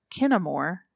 Kinnamore